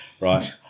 Right